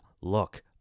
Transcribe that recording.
look